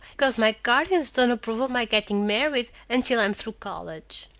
because my guardians don't approve of my getting married until i'm through college.